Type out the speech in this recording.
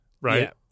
right